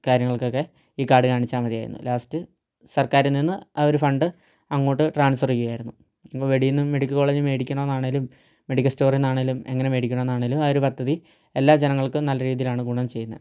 കാര്യങ്ങൾക്കൊക്കെ ഈ കാർഡ് കാണിച്ചാൽ മതിയായിരുന്നു ലാസ്റ്റ് സർക്കാരിൽ നിന്ന് ആ ഒരു ഫണ്ട് അങ്ങോട്ട് ട്രാൻസ്ഫർ ചെയ്യാമായിരുന്നു വെളിയിൽ നിന്നും മെഡിക്കൽ കോളേജിൽ നിന്നും മേടിക്കണമെന്നാണേലും മെഡിക്കൽ സ്റ്റോറിന്നാണേലും എങ്ങനെ മേടിക്കണമെന്നാണേലും ആ ഒരു പദ്ധതി എല്ലാ ജനങ്ങൾക്കും നല്ല രീതിയിലാണ് ഗുണം ചെയ്യുന്നത്